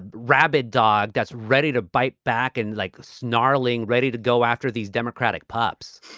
and rabid dog that's ready to bite back and like a snarling ready to go after these democratic pups